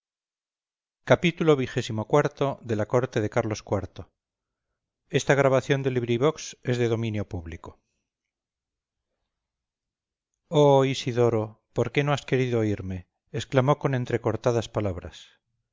xxvi xxvii xxviii la corte de carlos iv de benito pérez galdós oh isidoro por qué no has querido oírme exclamó con entrecortadas palabras